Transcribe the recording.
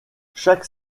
chaque